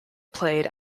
played